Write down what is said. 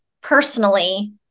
personally